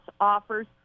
offers